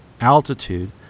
altitude